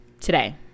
today